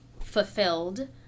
fulfilled